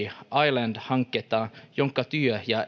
island hanketta jonka työ ja